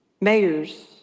mayors